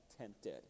tempted